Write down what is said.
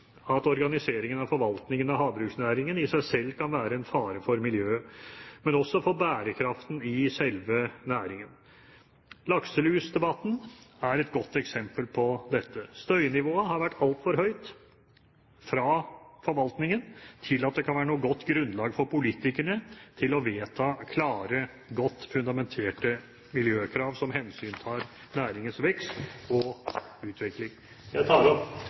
at organiseringen av forvaltningen av havbruksnæringen i seg selv kan være en fare for miljøet, men også for bærekraften i selve næringen. Lakselusdebatten er et godt eksempel på dette. Støynivået har vært altfor høyt fra forvaltningen til at det kan være noe godt grunnlag for politikerne til å vedta klare, godt fundamenterte miljøkrav som hensyntar næringens vekst og utvikling.